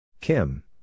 Kim